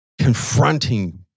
confronting